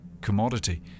commodity